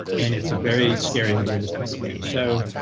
and it's a very scary and dangerous thing to do. so